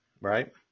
right